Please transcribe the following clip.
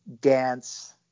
dance